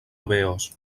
obeos